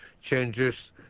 changes